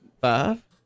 five